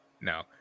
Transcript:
No